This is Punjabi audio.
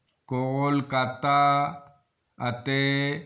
ਕੋਲਕਾਤਾ ਅਤੇ